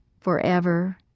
forever